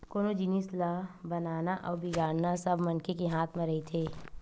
कोनो जिनिस ल बनाना अउ बिगाड़ना सब मनखे के हाथ म रहिथे